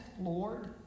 Lord